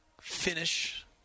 finish